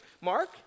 Mark